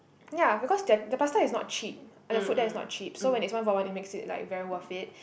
ya because their the pasta is not cheap and the food there is not cheap so when it's one for one it makes it like very worth it